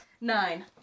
Nine